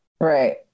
right